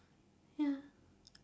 ya